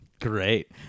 Great